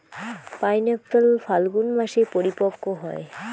pineapple ফাল্গুন মাসে পরিপক্ব হয়